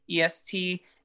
est